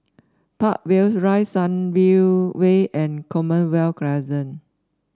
Park Villas Rise Sunview Way and Commonwealth Crescent